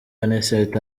anicet